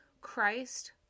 Christ